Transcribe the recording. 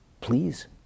Please